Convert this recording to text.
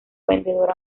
vendedor